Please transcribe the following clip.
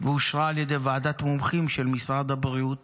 ואושרה על ידי ועדת מומחים של משרד הבריאות